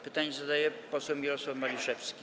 Pytanie zadaje poseł Mirosław Maliszewski.